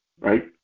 right